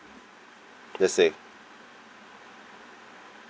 yes say